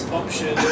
option